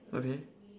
okay